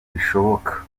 bishoboka